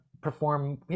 perform